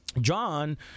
John